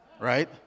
Right